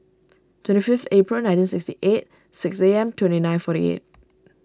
twenty fifth April nineteen sixty eight six A M twenty nine forty eight